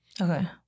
Okay